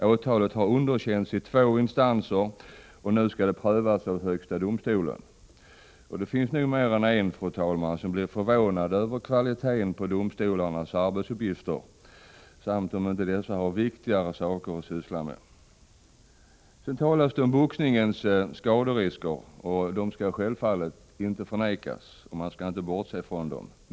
Åtalet har underkänts i två instanser, och nu skall det prövas av högsta domstolen. Det finns nog mer än en, fru talman, som blir förvånad över kvaliteten på domstolarnas arbetsuppgifter och som undrar om inte domstolarna har viktigare saker att ägna sig åt. Det talas om boxningens skaderisker. Självfallet skall dessa inte förnekas, och man skall inte bortse från dem.